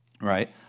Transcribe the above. right